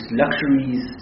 luxuries